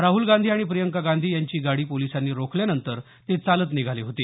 राहुल गांधी आणि प्रियंका गांधी यांची गाडी पोलिसांनी रोखल्यानंतर ते चालत निघाले होते